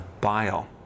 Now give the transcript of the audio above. bile